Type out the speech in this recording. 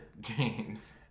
James